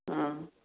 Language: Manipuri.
ꯑꯥ